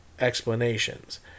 explanations